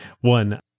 one